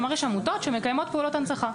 כלומר יש עמותות שמקיימות פעולות הנצחה.